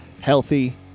healthy